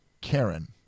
Karen